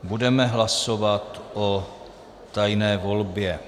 Budeme hlasovat o tajné volbě.